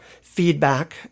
feedback